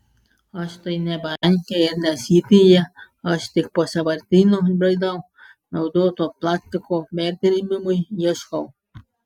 aš tai ne banke ir ne sityje aš tik po sąvartynus braidau naudoto plastiko perdirbimui ieškau